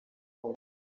ngo